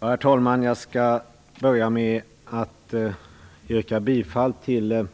Herr talman! Jag skall börja med att yrka bifall till